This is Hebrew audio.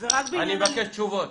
אני מבקש תשובות.